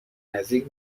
نزدیک